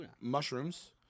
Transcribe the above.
mushrooms